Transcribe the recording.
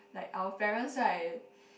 like our parents right